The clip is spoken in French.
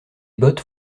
bottes